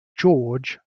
george